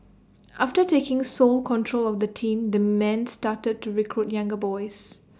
after taking sole control of the team the man started to recruit younger boys